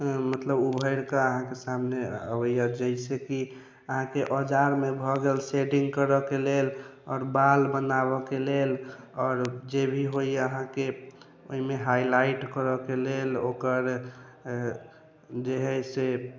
मतलब उभैर कऽ अहाँ के सामने अबैया जाहिसे कि अहाँके औजार मे भऽ गेल शेडिंग करऽ के लेल आओर बाल बनाबऽ के लेल आओर जे भी होइया अहाँके ओहिमे हाईलाइट करऽ के लेल ओकर जे हय से